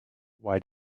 why